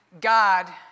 God